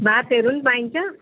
भातहरू पनि पाइन्छ